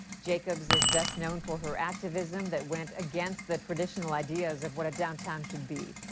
jacobs is best known for her activism that went against the traditional ideas of what a downtown should be.